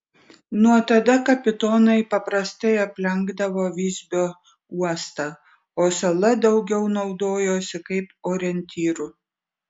nuo tada kapitonai paprastai aplenkdavo visbio uostą o sala daugiau naudojosi kaip orientyru